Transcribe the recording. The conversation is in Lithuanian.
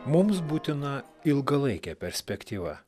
mums būtina ilgalaikė perspektyva